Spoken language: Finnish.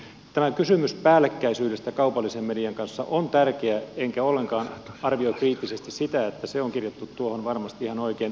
tämä kysymys päällekkäisyydestä kaupallisen median kanssa on tärkeä enkä ollenkaan arvioi kriittisesti sitä että se on kirjattu tuohon varmasti ihan oikein